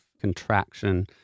contraction